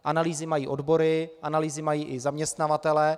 Analýzy mají odbory, analýzy mají i zaměstnavatelé.